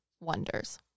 wonders